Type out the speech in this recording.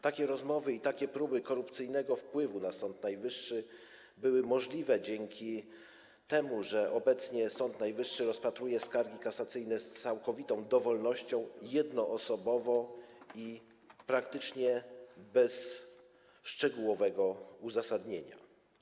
Takie rozmowy i takie próby korupcyjnego wpływu na Sąd Najwyższy były możliwe dzięki temu, że obecnie Sąd Najwyższy rozpatruje skargi kasacyjne z całkowitą dowolnością, jednoosobowo i praktycznie bez szczegółowego uzasadnienia.